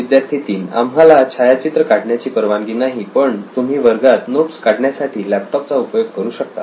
विद्यार्थी 3 आम्हाला छायाचित्र काढण्याची परवानगी नाही पण तुम्ही वर्गात नोट्स काढण्यासाठी लॅपटॉप चा उपयोग करू शकता